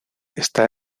está